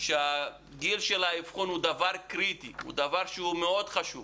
שגיל האבחון הוא דבר קריטי, דבר מאוד חשוב.